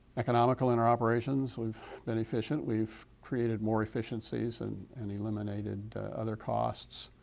economical in our operations, we've been efficient, we've created more efficiencies, and and eliminated other costs,